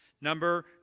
Number